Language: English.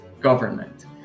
government